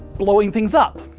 blowing things up.